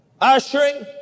ushering